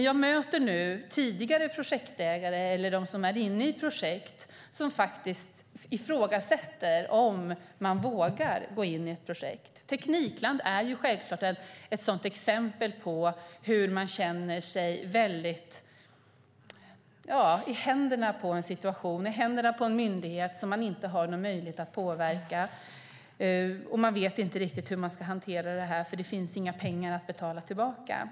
Jag möter dock tidigare projektägare, eller sådana som är inne i projekt, som faktiskt ifrågasätter om de vågar gå in i ett projekt. Teknikland är ett självklart ett exempel på hur man känner sig i händerna på en situation och en myndighet man inte har möjlighet att påverka. Man vet inte hur man ska hantera detta, för det finns inga pengar att betala tillbaka.